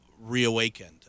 reawakened